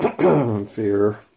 fear